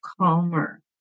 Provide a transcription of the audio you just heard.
calmer